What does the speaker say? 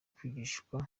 kwigishwa